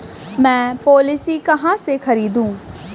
मैं पॉलिसी कहाँ से खरीदूं?